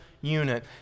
unit